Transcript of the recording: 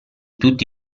tutti